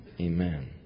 Amen